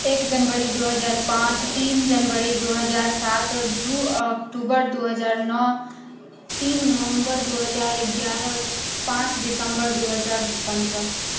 एक जनवरी दू हजार पाँच तीन जनवरी दू हजार सात दू अक्टूबर दू हजार नओ तीन नवम्बर दू हजार एगारह पाँच दिसम्बर दू हजार पनरह